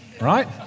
right